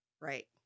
Right